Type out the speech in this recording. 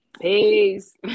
Peace